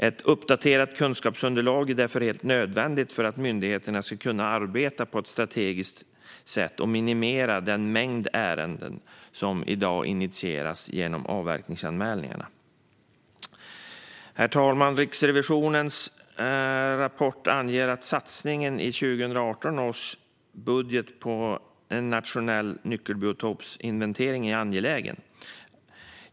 Ett uppdaterat kunskapsunderlag är därför helt nödvändigt för att myndigheterna ska kunna arbeta på ett strategiskt sätt och minimera den mängd ärenden som i dag initieras genom avverkningsanmälningarna. Herr talman! I Riksrevisionens rapport anges att satsningen i 2018 års budget på en nationell nyckelbiotopsinventering är angelägen.